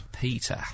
Peter